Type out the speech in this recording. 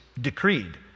decreed